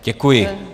Děkuji.